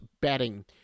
betting